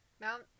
Mount